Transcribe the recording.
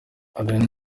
alain